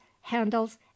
handles